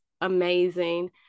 amazing